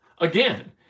Again